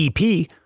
EP